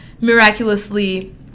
miraculously